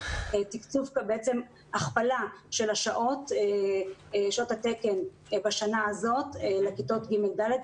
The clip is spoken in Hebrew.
בעצם הכפלה של שעות התקן בשנה הזאת לכיתות ג' ד'.